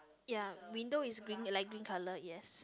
ya window is green light green colour yes